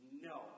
No